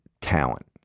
talent